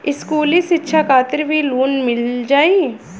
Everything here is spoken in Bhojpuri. इस्कुली शिक्षा खातिर भी लोन मिल जाई?